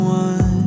one